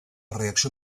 reacció